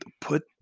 put